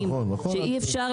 שאי אפשר